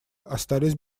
остались